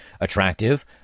attractive